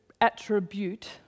attribute